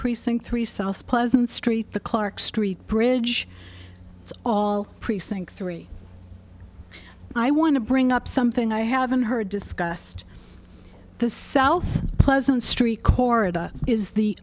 precinct three south pleasant street the clark street bridge all precinct three i want to bring up something i haven't heard discussed the south pleasant street corridor is the